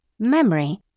Memory